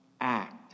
act